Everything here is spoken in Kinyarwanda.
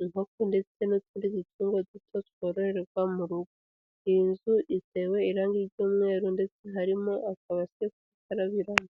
inkoko, ndetse n'utundi dutungo duto twororerwa mu rugo. Iyi nzu itewe irangi ry'umweru, ndetse harimo akabase ko gukarabiramo.